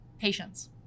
Patience